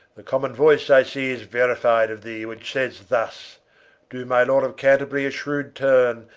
the common voyce i see is verified of thee, which sayes thus doe my lord of canterbury a shrewd turne,